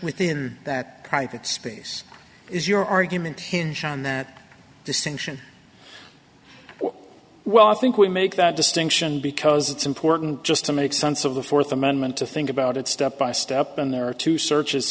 within that private space is your argument hinge on that distinction well i think we make that distinction because it's important just to make sense of the fourth amendment to think about it step by step and there are two searches